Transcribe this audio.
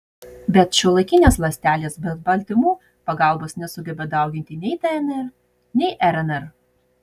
bet šiuolaikinės ląstelės be baltymų pagalbos nesugeba dauginti nei dnr nei rnr